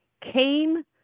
came